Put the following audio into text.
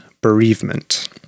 Bereavement